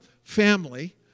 family